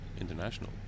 international